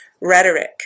rhetoric